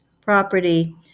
property